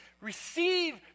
receive